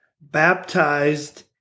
baptized